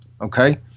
Okay